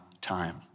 time